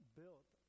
built